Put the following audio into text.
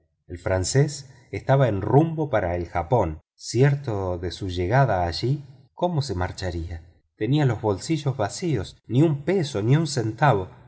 el francés estaba en rumbo para el japón cierto de su llegada allí cómo se marcharía tenía los bolsillos vacíos ni un chelín ni un